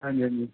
ਹਾਂਜੀ ਹਾਂਜੀ